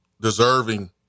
deserving